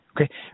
Okay